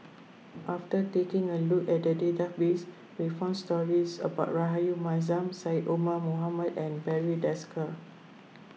after taking a look at the database we found stories about Rahayu Mahzam Syed Omar Mohamed and Barry Desker